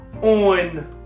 on